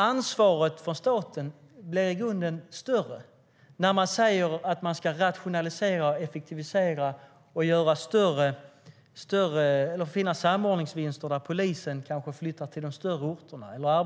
Ansvaret hos staten blir i grunden större när man säger att man ska rationalisera, effektivisera och finna samordningsvinster. Polis, arbetsförmedling och försäkringskassa kanske flyttar till de större orterna.